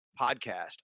podcast